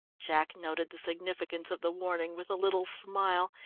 jack noted the significance of the warning with a little smile,